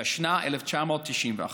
תשנ"א 1991,